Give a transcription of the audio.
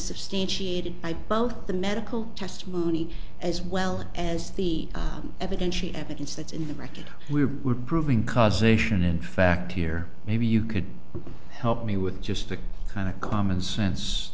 substantiated by both the medical testimony as well as the evidence evidence that's in the record we were proving causation and fact here maybe you could help me with just the kind of common sense